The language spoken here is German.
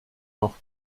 noch